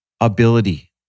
ability